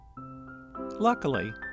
Luckily